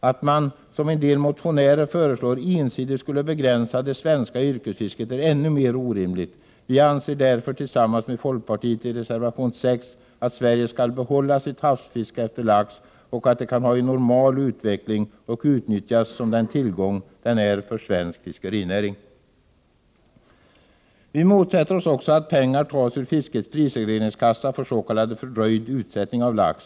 Att man, som en del motionärer föreslår, ensidigt skulle begränsa det svenska yrkesfisket är ännu mer orimligt. Vi anser därför, tillsammans med folkpartiet, i reservation 6 att Sverige skall behålla sitt havsfiske efter lax och att det kan ha en normal utveckling och utnyttjas som den tillgång det är för svensk fiskerinäring. Vi motsätter oss också att pengar tas ur fiskets prisregleringskassa för s.k. fördröjd utsättning av lax.